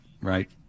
right